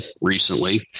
recently